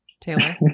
Taylor